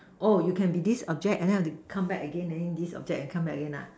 oh you can be this object and then want to come back again then this object and come back again nah